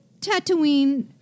Tatooine